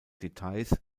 details